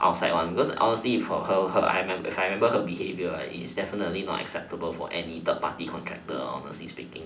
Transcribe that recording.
outside one cause honestly for her her I remember if I remember her behaviour it's definitely not acceptable for any third party contractor honestly speak